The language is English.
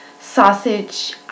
Sausage